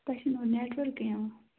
تۄہہِ چھو نہ ونۍ نیٚٹ ؤرکے یِوان